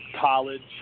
college